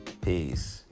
peace